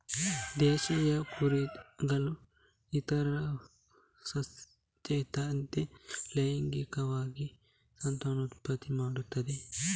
ದೇಶೀಯ ಕುರಿಗಳು ಇತರ ಸಸ್ತನಿಗಳಂತೆ ಲೈಂಗಿಕವಾಗಿ ಸಂತಾನೋತ್ಪತ್ತಿ ಮಾಡುತ್ತವೆ